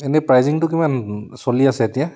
এনে প্ৰাইজিংটো কিমান চলি আছে এতিয়া